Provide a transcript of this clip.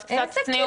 אז קצת צניעות.